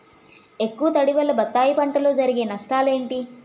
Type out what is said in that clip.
ఎక్కువ తడి వల్ల బత్తాయి పంటలో జరిగే నష్టాలేంటి?